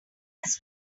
this